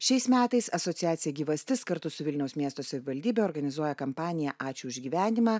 šiais metais asociacija gyvastis kartu su vilniaus miesto savivaldybe organizuoja kampaniją ačiū už gyvenimą